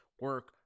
Work